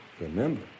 remember